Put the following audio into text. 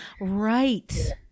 Right